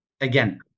Again